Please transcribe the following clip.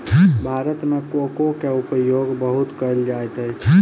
भारत मे कोको के उपयोग बहुत कयल जाइत अछि